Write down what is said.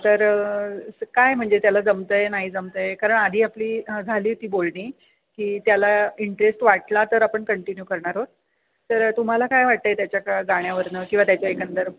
तर काय म्हणजे त्याला जमत आहे नाही जमत आहे कारण आधी आपली झाली होती बोलणी की त्याला इंटरेस्ट वाटला तर आपण कंटिन्यू करणार आहोत तर तुम्हाला काय वाटत आहे त्याच्या का गाण्यावरून किंवा त्याच्या एकंदर